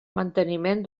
manteniment